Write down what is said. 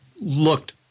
looked –